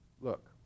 Look